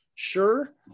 Sure